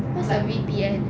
what's a V_P_N